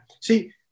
See